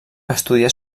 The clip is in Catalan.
estudià